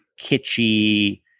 kitschy